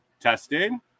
Testing